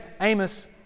Amos